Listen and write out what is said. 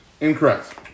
Incorrect